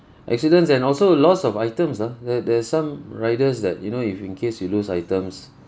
accidents and also loss of items lah there there's some riders that you know if in case you lose items